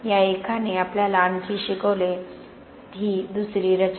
या एकाने आपल्याला आणखी शिकवले ही दुसरी रचना